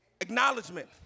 Acknowledgement